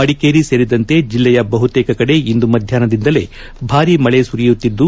ಮಡಿಕೇರಿ ಸೇರಿದಂತೆ ಜಿಲ್ಲೆಯ ಬಹುತೇಕ ಕಡೆ ಇಂದು ಮಧ್ಯಾಪ್ನದಿಂದಲೇ ಭಾರೀ ಮಳೆ ಸುರಿಯುತ್ತಿದ್ದು